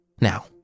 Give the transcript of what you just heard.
Now